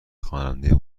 خواننده